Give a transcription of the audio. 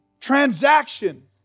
transaction